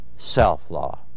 self-law